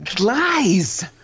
Lies